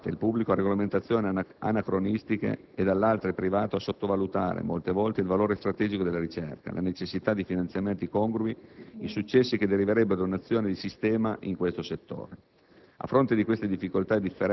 sottoposti da una parte (il pubblico) a regolamentazioni anacronistiche e portati, dall'altra (il privato), a sottovalutare, molte volte, il valore strategico della ricerca, la necessità di finanziamenti congrui, i successi che deriverebbero da un'azione di sistema in questo settore.